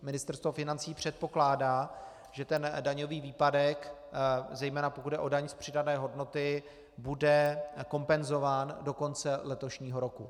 Ministerstvo financí předpokládá, že daňový výpadek, zejména pokud jde o daň z přidané hodnoty, bude kompenzován do konce letošního roku.